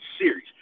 series –